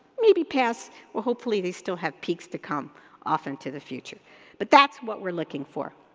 maybe past, well, hopefully they still have peaks to come off into the future but that's what we're looking for.